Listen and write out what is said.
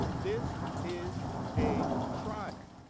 this is a trial.